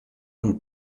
und